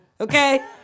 Okay